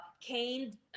Cain